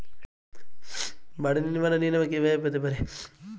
বাড়ি নির্মাণের ঋণ আমি কিভাবে পেতে পারি?